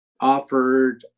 offered